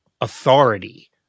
authority